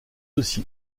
aussi